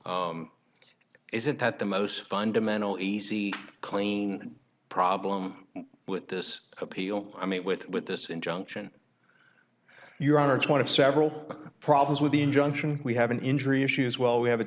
one isn't that the most fundamental easy clean problem with this appeal i meet with with this injunction your honor it's one of several problems with the injunction we have an injury issues well we have a